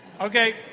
Okay